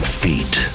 feet